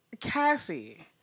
Cassie